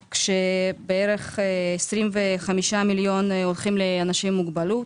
בערך 25 מיליון הולכים לאנשים עם מוגבלות.